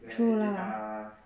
true lah